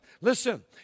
Listen